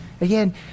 again